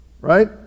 right